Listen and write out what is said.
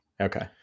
Okay